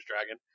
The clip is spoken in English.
dragon